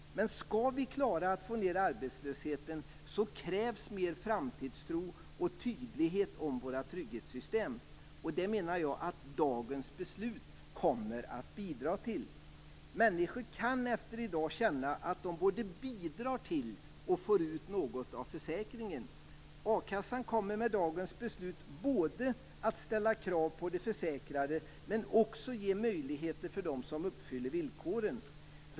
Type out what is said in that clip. Skall vi klara att få ned arbetslösheten, krävs mer framtidstro och tydlighet om våra trygghetssystem. Det kommer dagens beslut att bidra till. Människor kan efter dagens beslut känna att de både bidrar till och får ut något av försäkringen. A kassan kommer med dagens beslut att både ställa krav på de försäkrade men också ge möjligheter för dem som uppfyller villkoren.